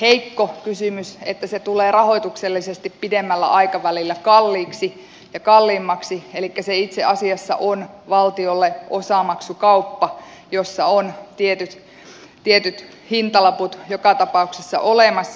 heikko kysymys että se tulee rahoituksellisesti pidemmällä aikavälillä kalliiksi ja kalliimmaksi elikkä se itse asiassa on valtiolle osamaksukauppa jossa on tietyt hintalaput joka tapauksessa olemassa